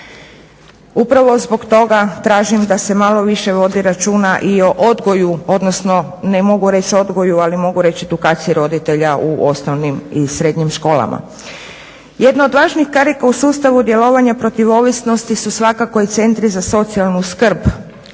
Upravo zbog toga tražim da se malo više vodi računa i o odgoju, odnosno ne mogu reći odgoju, ali mogu reći edukaciji roditelja u osnovnim i srednjim školama. Jedno od važnih karika u sustavu djelovanja protiv ovisnosti su svakako i centri za socijalnu skrb.